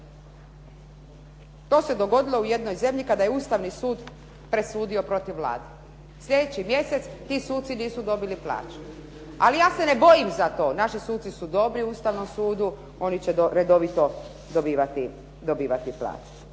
To se dogodilo u jednoj zemlji kada je ustavni sud presudio protiv vlade. Sljedeći mjesec ti suci nisu dobili plaću. Ali ja se ne bojim za to, naši suci su dobri u Ustavnom sudu, oni će redovito dobivati plaće.